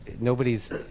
nobody's –